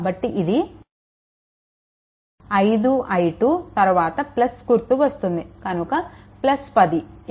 కాబట్టి ఇది 5i2 తరువాత గుర్తు వస్తుంది కనుక 10